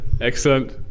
Excellent